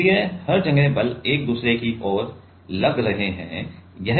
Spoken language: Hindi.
इसलिए हर जगह बल एक दूसरे की ओर लग रहे हैं